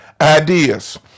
ideas